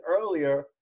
earlier